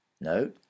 No